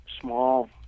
small